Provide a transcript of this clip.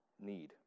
need